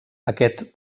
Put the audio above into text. aquest